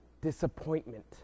disappointment